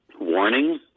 warning